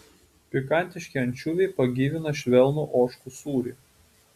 pikantiški ančiuviai pagyvina švelnų ožkų sūrį